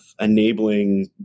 enabling